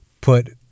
put